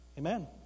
Amen